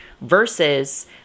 versus